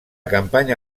campanya